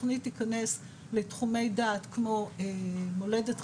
התוכנית תיכנס לתחומי דעת - כמו מולדת,